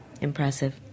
impressive